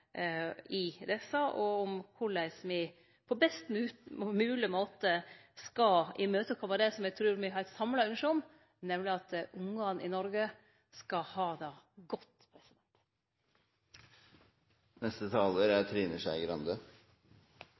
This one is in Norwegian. i dette og korleis me på best mogleg måte skal imøtekome det som eg trur me har eit samla ynske om, nemleg at barna i Noreg skal ha det godt.